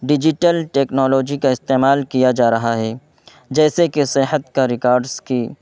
digital technology کا استعمال کیا جا رہا ہے جیسے کہ صحت کا ریکاڈس کی